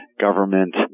government